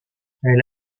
elle